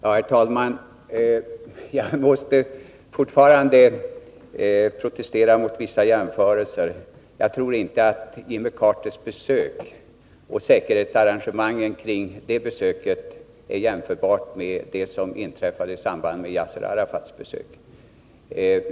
Herr talman! Jag måste fortfarande protestera mot vissa jämförelser som gjorts. Jag tror inte att Jimmy Carters besök och säkerhetsarrangemangen kring detta är någonting som är jämförbart med det som inträffade i samband med Yasser Arafats besök.